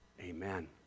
Amen